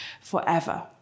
forever